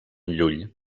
llull